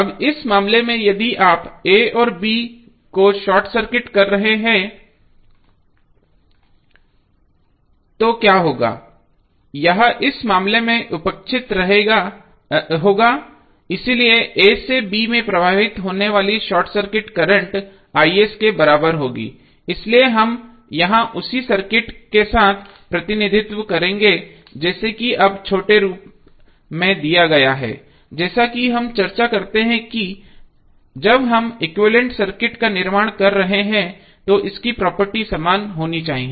अब इस मामले में यदि आप a और b को शॉर्ट सर्किट कर रहे हैं तो क्या होगा यह इस मामले में उपेक्षित होगा इसलिए a से b में प्रवाहित होने वाली शॉर्ट सर्किट करंट के बराबर होगी इसलिए हम यहां उसी सर्किट के साथ प्रतिनिधित्व करेंगे जैसे कि अब छोटे रूप में दिया गया है जैसा कि हम चर्चा करते हैं कि जब हम इक्विवेलेंट सर्किट का निर्माण कर रहे हैं तो इसकी प्रॉपर्टी समान होनी चाहिए